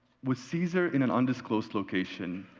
with caesar in an undisclosed location,